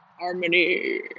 harmony